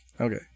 Okay